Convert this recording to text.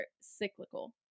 cyclical